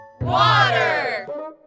Water